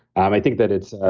um i think that it's